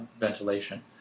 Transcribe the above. ventilation